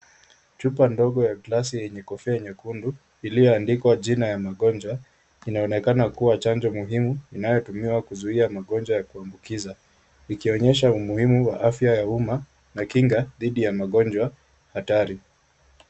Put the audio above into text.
Chupa ndogo ya glasi yenye kofia nyekundu iliyoandikwa jina ya magonjwa, inaonekana kuwa chanjo muhimu inayotumiwa kuzuia magonjwa ya kuambukiza ikionyesha umuhimu wa afya ya umma na kinga dhidi ya magonjwa hatari.